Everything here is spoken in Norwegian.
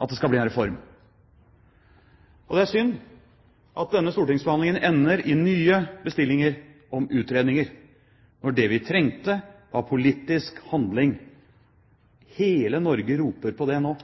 at det skal bli en reform. Det er synd at denne stortingsbehandlingen ender i nye bestillinger av utredninger, når det vi trengte, var politisk handling. Hele Norge roper på det nå.